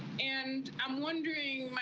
and i'm wondering,